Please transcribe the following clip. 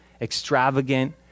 extravagant